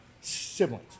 siblings